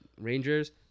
Rangers